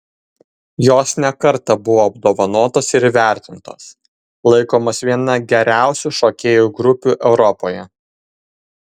jos ne kartą buvo apdovanotos ir įvertintos laikomos viena geriausių šokėjų grupių europoje